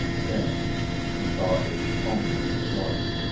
then he saw it was only his daughter.